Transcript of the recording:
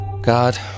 God